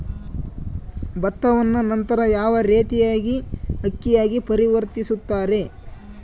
ಭತ್ತವನ್ನ ನಂತರ ಯಾವ ರೇತಿಯಾಗಿ ಅಕ್ಕಿಯಾಗಿ ಪರಿವರ್ತಿಸುತ್ತಾರೆ?